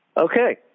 Okay